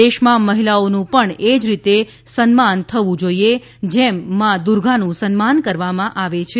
દેશમાં મહિલાઓનું પણ એ રીતે જ સન્માન થવું જોઇએ જેમ મા દુર્ગાનું સન્માન કરવામાં આવે છે